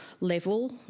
level